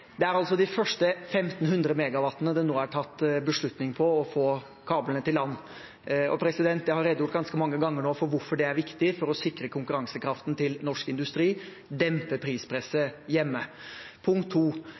Det er altså for de første 1 500 MW det nå er tatt beslutning om å få kablene til land. Jeg har nå redegjort ganske mange ganger for hvorfor det er viktig: sikre konkurransekraften til norsk industri og dempe prispresset i hjemmet. Punkt